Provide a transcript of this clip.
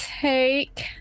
take